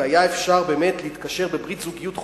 והיה אפשר באמת להתקשר בברית זוגיות חופשית,